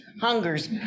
hungers